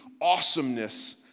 awesomeness